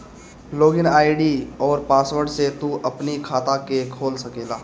log in ID अउरी password से तू अपनी खाता के खोल सकेला